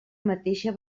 mateixa